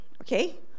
Okay